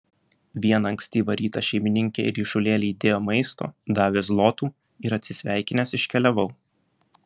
vieną ankstyvą rytą šeimininkė į ryšulėlį įdėjo maisto davė zlotų ir atsisveikinęs iškeliavau